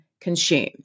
consume